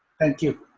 thank you.